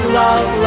love